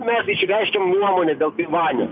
mes išreiškėm nuomonę dėl taivanio